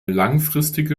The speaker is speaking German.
langfristige